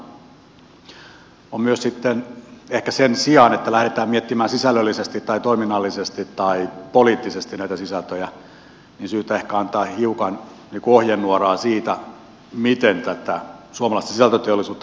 kolmantena on myös sitten ehkä sen sijaan että lähdetään miettimään sisällöllisesti tai toiminnallisesti tai poliittisesti näitä sisältöjä syytä antaa hiukan ohjenuoraa siitä miten tätä suomalaista sisältöteollisuutta kehitetään